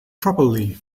properly